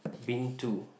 been to